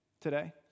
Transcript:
today